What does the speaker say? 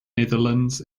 netherlands